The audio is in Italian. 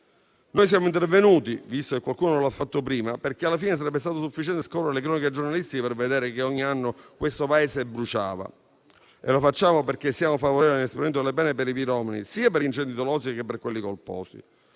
Noi siamo intervenuti - visto che qualcuno non lo ha fatto prima, perché alla fine sarebbe stato sufficiente scorrere le cronache giornalistiche per vedere che ogni anno questo Paese bruciava - e lo facciamo perché siamo favorevoli all'inasprimento delle pene per i piromani, sia per gli incendi dolosi che per quelli colposi.